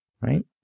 right